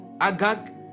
Agag